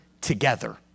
together